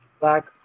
black